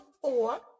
four